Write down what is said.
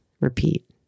repeat